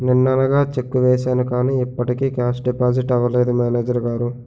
నిన్ననగా చెక్కు వేసాను కానీ ఇప్పటికి కేషు డిపాజిట్ అవలేదు మేనేజరు గారు